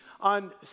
on